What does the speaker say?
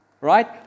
right